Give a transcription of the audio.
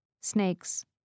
snakes